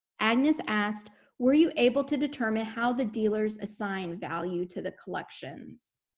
agnes asked were you able to determine how the dealers assign value to the collections?